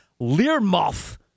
Learmouth